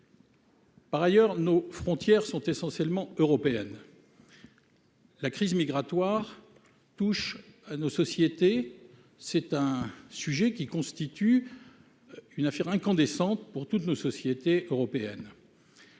Par ailleurs, nos frontières sont essentiellement européennes. La crise migratoire touche à nos sociétés ; c'est un sujet qui constitue une affaire incandescente pour toutes nos sociétés européennes.